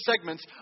segments